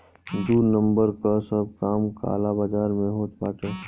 दू नंबर कअ सब काम काला बाजार में होत बाटे